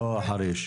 לא של חריש.